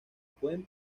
pueden